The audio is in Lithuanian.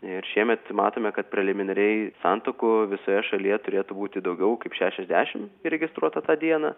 ir šiemet matome kad preliminariai santuokų visoje šalyje turėtų būti daugiau kaip šešiasdešim įregistruota tą dieną